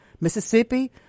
Mississippi